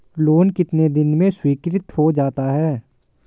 Loan कितने दिन में स्वीकृत हो जाता है?